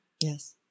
Yes